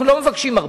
אנחנו לא מבקשים הרבה.